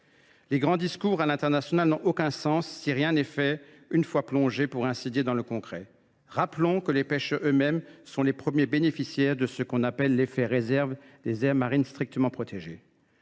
Les grands discours à l’international n’ont aucun sens si rien n’est fait une fois plongés, pour ainsi dire, dans le concret. Rappelons que les pêcheurs eux mêmes sont les premiers bénéficiaires de ce que l’on appelle « l’effet réserve » des aires marines strictement protégées.